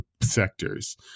sectors